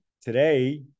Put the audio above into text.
today